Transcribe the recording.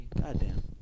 goddamn